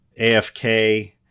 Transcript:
AFK